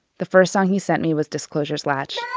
the first song he sent me was disclosure's latch.